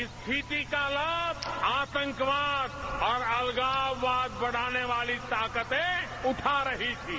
इस स्थिति का लाभ आतंकवाद और अलगाववाद बढ़ाने वाली ताकतें उठा रही थीं